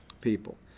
people